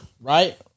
right